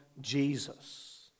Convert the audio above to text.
Jesus